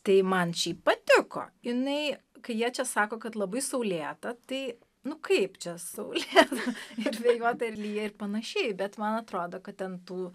tai man šiaip patiko jinai kai jie čia sako kad labai saulėta tai nu kaip čia saulėta ir vėjuota ir lyja ir panašiai bet man atrodo kad ten tų